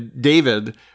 David